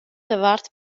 davart